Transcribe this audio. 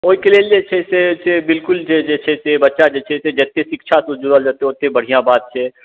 ओइके लेल जे छै से बिलकुल जे छै से बच्चा जे छै से जते शिक्षा सऽ जुरल रहतै ओते बढिआँ बात छै